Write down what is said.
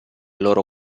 loro